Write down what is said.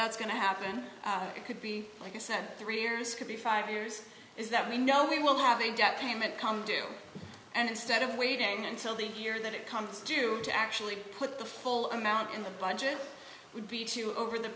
that's going to happen it could be like i said three years could be five years is that we know we will have a debt payment come due and instead of waiting until the year that it comes to to actually put the full amount in the budget would be to over the